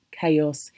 chaos